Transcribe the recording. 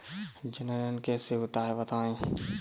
जनन कैसे होता है बताएँ?